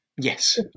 Yes